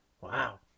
Wow